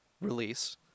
release